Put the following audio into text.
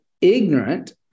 ignorant